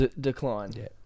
decline